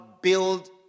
build